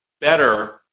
better